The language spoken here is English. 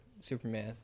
Superman